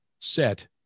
set